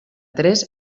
tres